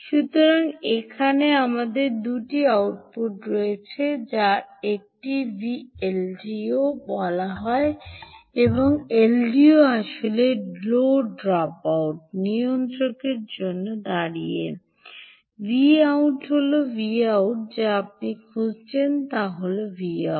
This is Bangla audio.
সুতরাং এখানে আমাদের দুটি আউটপুট রয়েছে যার একটিকে ভল্ডো বলা হয় এই এলডিও আসলে লো ড্রপআউট নিয়ন্ত্রকের জন্য দাঁড়িয়ে Vout হল Vout Vout যা আপনি খুঁজছেন তা হল Vout